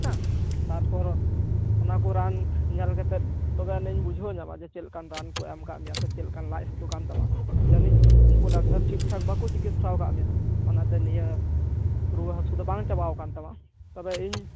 ᱛᱟᱨᱯᱚᱨ ᱚᱱᱟᱠᱚ ᱨᱟᱱ ᱧᱮᱞ ᱠᱟᱛᱮᱫ ᱛᱚᱵᱮ ᱟᱱᱤᱧ ᱵᱩᱡᱷᱟᱹᱣ ᱧᱟᱢᱟ ᱡᱮ ᱪᱮᱛᱞᱮᱠᱟᱱ ᱨᱟᱱ ᱠᱚ ᱮᱢᱟᱠᱟᱜ ᱢᱮᱭᱟ ᱥᱮ ᱪᱮᱞᱮᱠᱟᱱ ᱞᱟᱡ ᱦᱟᱹᱥᱩ ᱠᱟᱱ ᱛᱟᱢᱟ ᱡᱟᱹᱱᱤᱡ ᱩᱱᱠᱩ ᱰᱟᱠᱛᱟᱨ ᱴᱷᱤᱠ ᱴᱷᱟᱠ ᱵᱟᱠᱟᱹ ᱪᱤᱠᱤᱛᱥᱟᱣ ᱠᱟᱜ ᱢᱮᱭᱟ ᱚᱱᱟᱛᱮ ᱱᱤᱭᱟᱹ ᱨᱩᱭᱟᱹ ᱦᱟᱹᱥᱩ ᱫᱚ ᱵᱟᱝ ᱪᱟᱵᱟᱣ ᱠᱟᱱ ᱛᱟᱢᱟ ᱛᱚᱵᱮ ᱤᱧ